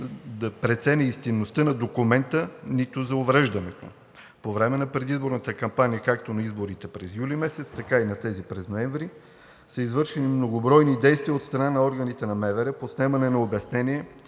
да преценява истинността на документа, нито за увреждането. По време на предизборната кампания – както на изборите през юли месец, така и на тези през ноември, са извършени многобройни действия от страна на органите на МВР по снемане на обяснение